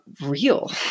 real